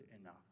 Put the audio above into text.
enough